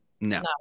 No